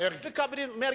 מֶרגי.